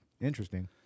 Interesting